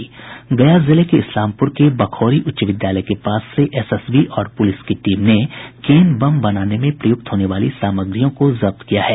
गया जिले के इस्लामपुर के बखौरी उच्च विद्यालय के पास से एसएसबी और पुलिस की टीम ने केन बम बनाने में प्रयुक्त होने वाली सामग्रियों को जब्त किया है